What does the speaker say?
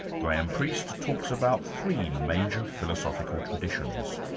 graham priest talks about three major philosophical traditions,